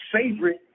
favorite